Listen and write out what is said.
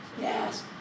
yes